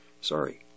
Sorry